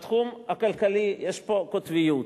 בתחום הכלכלי יש פה קוטביות,